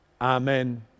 amen